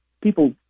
people